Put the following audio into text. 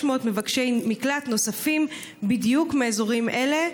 מבקשי מקלט נוספים בדיוק מאזורים אלה,